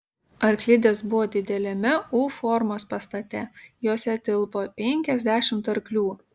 arklidės buvo dideliame u formos pastate jose tilpo penkiasdešimt arklių